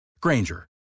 Granger